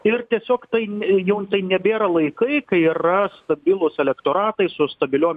ir tiesiog tai jau tai nebėra laikai kai yra stabilūs elektoratai su stabiliom